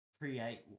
create